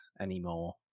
anymore